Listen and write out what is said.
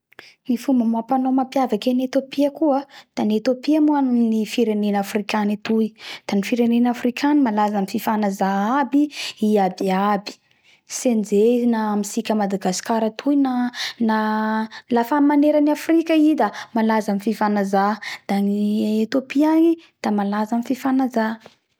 Ny fomba amampanao mapiavaky an'i Ethopia koa da ny Ethopia moa ny firenena afrikany atoy da ny firenena afrikany malaza amy fifanaja aby i aby aby tsy anjehy na amy tsika Madagascar atoy na na lafa manera ny afrika i da malaza amy fifanaja da ny ethopia agny da malaza amy fifanaja.